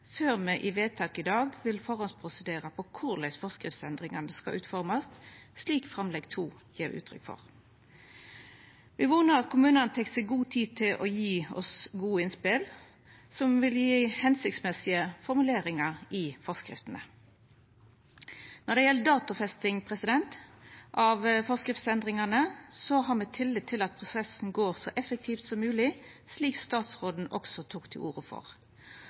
før me i vedtak i dag på førehand vil prosedera for korleis forskriftsendringane skal utformast – slik framlegg nr. 2 gjev uttrykk for. Vi vonar at kommunane tek seg god tid til å gje oss gode innspel, som vil gje tenlege formuleringar i forskrifta. Når det gjeld datofesting av forskriftsendringane, har me tillit til at prosessen går så effektivt som mogeleg, slik statsråden også tok til orde for,